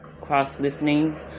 cross-listening